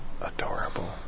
Adorable